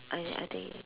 I d~ I think